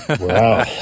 Wow